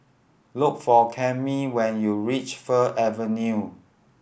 look for Camille when you reach Fir Avenue